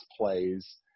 plays